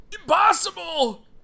Impossible